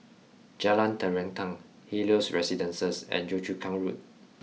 Jalan Terentang Helios Residences and Yio Chu Kang Road